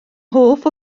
hoff